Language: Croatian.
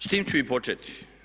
S time ću i početi.